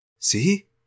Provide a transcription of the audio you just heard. See